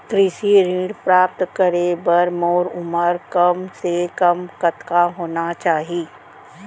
कृषि ऋण प्राप्त करे बर मोर उमर कम से कम कतका होना चाहि?